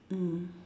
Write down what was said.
mm